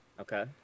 Okay